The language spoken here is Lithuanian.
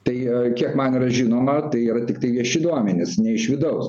tai kiek man yra žinoma tai yra tiktai vieši duomenys ne iš vidaus